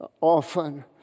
often